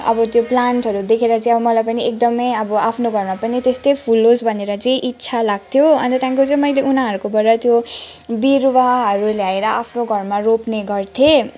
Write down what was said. अब त्यो प्लान्टहरू देखेर चाहिँ मलाई पनि एकदमै अब आफ्नो घरमा पनि त्यस्तै फुल होस् भन्ने इच्छा लाग्थ्यो अन्त त्यहाँदेखिको चै मैले उनीहरूकोबाट त्यो बिरुवाहरू ल्याएर आफ्नो घरमा रोप्ने गर्थेँ